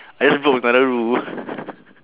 I just broke another rule